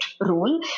role